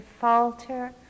falter